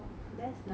mmhmm